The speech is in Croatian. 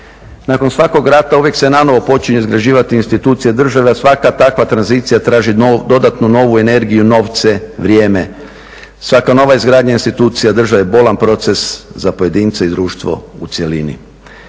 Nakon svakog rata uvijek se nanovo počinje izgrađivati institucija države, a svaka takva tranzicija traži dodatnu novu energiju, novce, vrijeme. Svaka nova izgradnja institucija države je bolan proces za pojedince i društvo u cjelini.